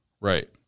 Right